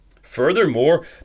Furthermore